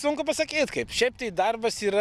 sunku pasakyt kaip šiaip tai darbas yra